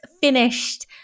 finished